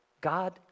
God